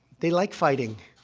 they like fighting.